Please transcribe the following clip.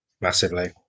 Massively